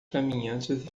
caminhantes